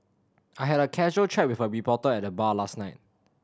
I had a casual chat with a reporter at the bar last night